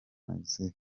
mexique